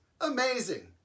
amazing